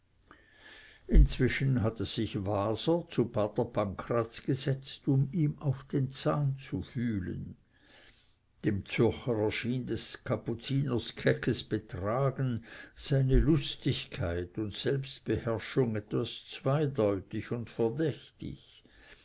inzwischen hatte sich waser zu pater pancraz gesetzt um ihm auf den zahn zu fühlen dem zürcher erschien des kapuziners keckes betragen seine lustigkeit und selbstbeherrschung etwas zweideutig und verdächtig